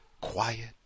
Quiet